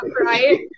right